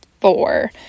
four